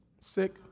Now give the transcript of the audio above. sick